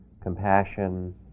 compassion